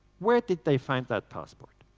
where did they find that passport?